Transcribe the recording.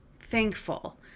thankful